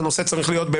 הנושא צריך להיות,